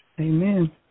Amen